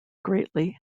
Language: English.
greatly